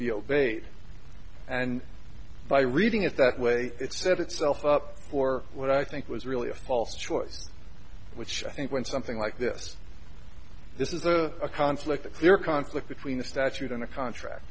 obeyed and by reading it that way it's set itself up for what i think was really a false choice which i think went something like this this is a conflict a clear conflict between the statute and a contract